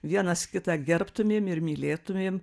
vienas kitą gerbtumėm ir mylėtumėm